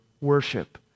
worship